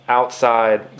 outside